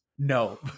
No